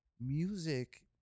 music